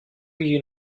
you